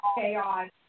chaos